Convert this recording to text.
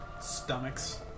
stomachs